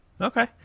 Okay